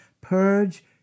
purge